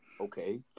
Okay